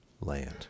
land